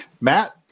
Matt